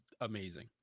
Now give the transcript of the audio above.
amazing